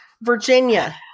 Virginia